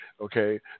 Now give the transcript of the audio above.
Okay